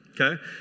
Okay